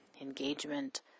engagement